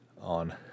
on